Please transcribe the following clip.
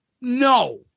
no